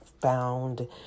found